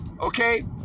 okay